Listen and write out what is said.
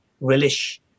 relish